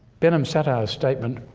benham satah's statement,